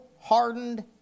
hardened